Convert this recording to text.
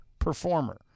performer